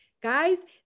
guys